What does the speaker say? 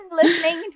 listening